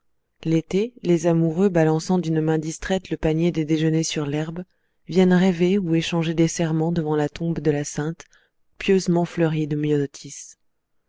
l'été les amoureux balançant d'une main distraite le panier des déjeuners sur l'herbe viennent rêver ou échanger des serments devant la tombe de la sainte pieusement fleurie de myosotis